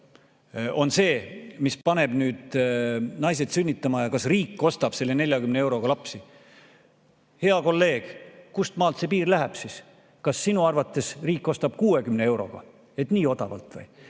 on see, mis paneb naised sünnitama, ja kas riik ostab selle 40 euroga lapsi? Hea kolleeg, kust maalt see piir läheb siis? Kas sinu arvates riik ostab 60 euroga, nii odavalt või?